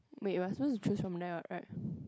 wait we're supposed to choose from there what right